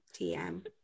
TM